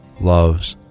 loves